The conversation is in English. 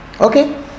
okay